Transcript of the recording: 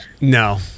No